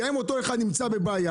גם אם אותו אחד נמצא בבעיה,